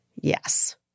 Yes